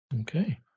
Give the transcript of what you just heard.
Okay